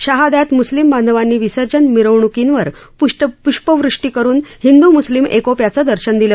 शहाद्यात मुस्लीम बांधवांनी विसर्जन मिरवणूकींवर प्ष्पवृष्टी हिंदू मुस्लीम एकोप्याचं दर्शन घडवलं